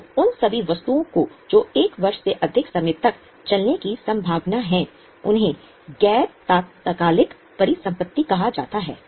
तो उन सभी वस्तुओं को जो 1 वर्ष से अधिक समय तक चलने की संभावना है उन्हें गैर तात्कालिक परिसंपत्ति कहा जाता है